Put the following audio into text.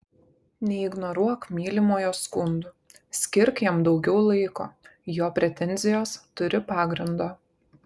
neignoruok mylimojo skundų skirk jam daugiau laiko jo pretenzijos turi pagrindo